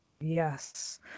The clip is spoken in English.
Yes